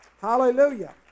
Hallelujah